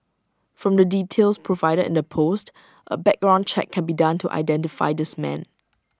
from the details provided in the post A background check can be done to identify this man